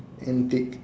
antic